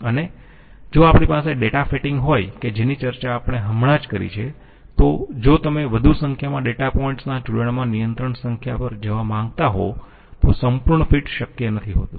અને જો આપણી પાસે ડેટા ફિટિંગ હોય કે જેની ચર્ચા આપણે હમણાં જ કરી છે તો જો તમે વધુ સંખ્યામાં ડેટા પોઈન્ટ્સ ના જોડાણમાં નિયંત્રણ સંખ્યા પર જવા માંગતા હોવ તો સંપૂર્ણ ફીટ શક્ય નથી હોતું